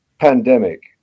pandemic